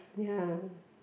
ya